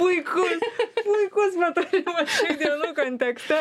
puikus puikus patarimas šių dienų kontekste